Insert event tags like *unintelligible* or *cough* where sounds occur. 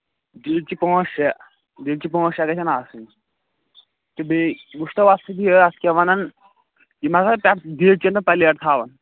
دیٖچہِ پانٛژھ شےٚ دیٖچہِ پانٛژھ شےٚ گژھن آسٕنۍ تہٕ بیٚیہِ وٕچھتو اَتھ سۭتۍ یہِ اَتھ کیٛاہ وَنان یِم ہسا *unintelligible* دیٖچہِ نہٕ پَلیٹ تھاوان